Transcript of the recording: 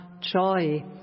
joy